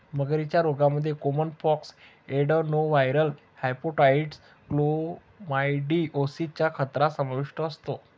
मगरींच्या रोगांमध्ये caiman pox, adenoviral hepatitis, chlamydiosis चा खतरा समाविष्ट असतो